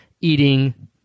eating